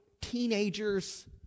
teenagers